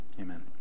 Amen